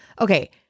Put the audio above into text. okay